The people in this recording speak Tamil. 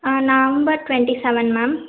ah November twenty seven ma'am